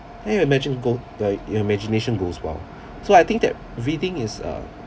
then you imagine go like your imagination goes wild so I think that reading is uh